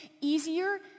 easier